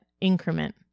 increment